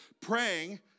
praying